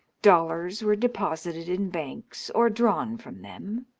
dollars were deposited in banks or drawn from them,